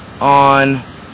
on